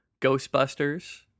Ghostbusters